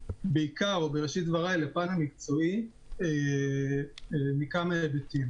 לפן המקצועי מכמה היבטים.